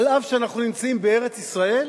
אף שאנחנו נמצאים בארץ-ישראל?